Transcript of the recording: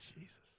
Jesus